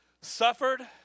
suffered